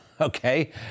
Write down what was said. okay